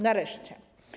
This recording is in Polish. Nareszcie.